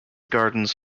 gardens